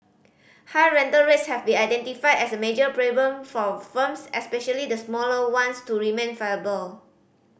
high rental rates have been identified as a major problem for firms especially the smaller ones to remain viable